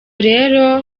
rero